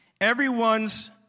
everyone's